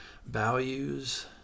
values